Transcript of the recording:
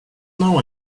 know